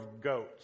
goats